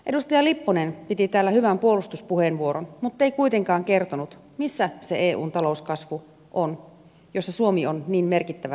edustaja lipponen piti täällä hyvän puolustuspuheenvuoron muttei kuitenkaan kertonut missä se eun talouskasvu on jossa suomi on niin merkittävästi kiinni